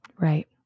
Right